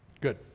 good